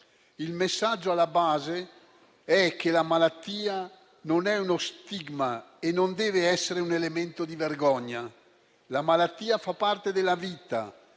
Il messaggio alla base è che la malattia non è uno stigma e non deve essere un elemento di vergogna. La malattia fa parte della vita,